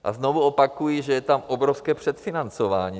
A znovu opakuji, že je tam obrovské předfinancování.